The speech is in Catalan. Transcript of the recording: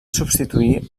substituir